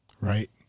Right